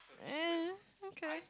eh okay